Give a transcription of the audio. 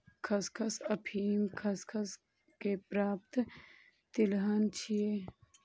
खसखस अफीम खसखस सं प्राप्त तिलहन छियै